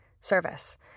service